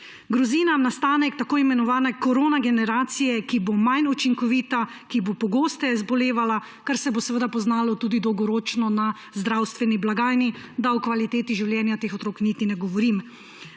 Grozi nam nastanek tako imenovane koronageneracije, ki bo manj učinkovita, ki bo pogosteje zbolevala, kar se bo poznalo tudi dolgoročno na zdravstveni blagajni, da o kvaliteti življenja teh otrok niti ne govorim.